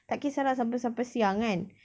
tak kisah lah siapa sampai siang kan